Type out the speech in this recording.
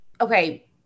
okay